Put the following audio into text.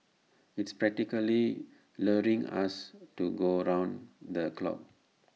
it's practically luring us to go round the clock